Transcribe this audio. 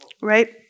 right